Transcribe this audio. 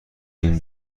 این